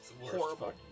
Horrible